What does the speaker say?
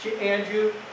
Andrew